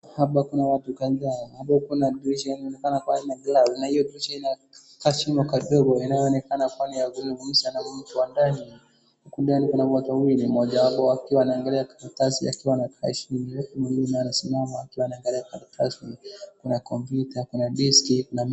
Hapa kuna watu kadhaa, hapo kuna dirisha inaonekana pale na hiyo dirisha ina shimo kashimo kadogo inayoonekana kuwa ni ya kuuza na mtu wa ndani. Huku ndani kuna watu wawili, mmoja wapo akiwa anaangalia karatasi akiwa anafurahisha ule mwingine amasimama anaangalia karatasi, kuna komptyuta, kuna deski, kuna.